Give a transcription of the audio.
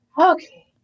okay